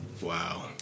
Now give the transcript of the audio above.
Wow